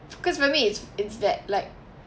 cause for me it's it's that like